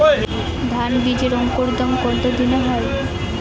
ধান বীজের অঙ্কুরোদগম কত দিনে হয়?